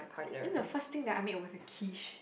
in the first thing that I make was the Quiche